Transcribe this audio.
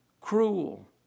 cruel